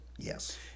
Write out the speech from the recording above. Yes